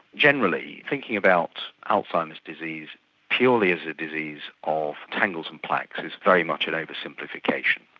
generally thinking about alzheimer's disease purely as a disease of tangles and plaques is very much an over-simplification.